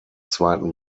zweiten